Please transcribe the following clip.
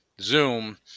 Zoom